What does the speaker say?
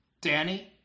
Danny